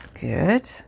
good